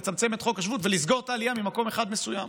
לצמצם את חוק השבות ולסגור את העלייה ממקום אחד מסוים.